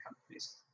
companies